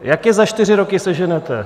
Jak je za čtyři roky seženete?